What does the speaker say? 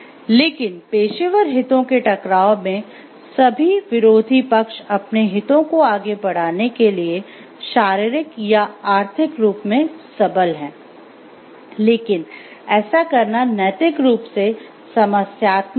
लेकिन पेशेवर हितों के टकराव में सभी विरोधी पक्ष अपने हितों को आगे बढ़ाने के लिए शारीरिक या आर्थिक रूप से सबल है लेकिन ऐसा करना नैतिक रूप से समस्यात्मक होगा